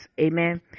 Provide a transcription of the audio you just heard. Amen